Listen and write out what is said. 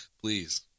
Please